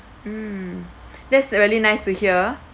mm that's really nice to hear